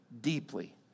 deeply